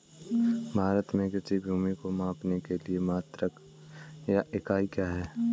भारत में कृषि भूमि को मापने के लिए मात्रक या इकाई क्या है?